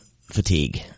fatigue